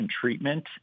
treatment